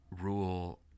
rule